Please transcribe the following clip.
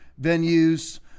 venues